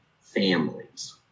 families